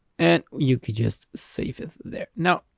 and you could just save it there. now,